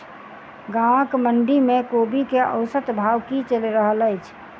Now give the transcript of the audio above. गाँवक मंडी मे कोबी केँ औसत भाव की चलि रहल अछि?